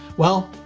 well.